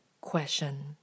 question